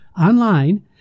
Online